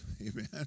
Amen